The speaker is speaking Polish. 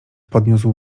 podniósł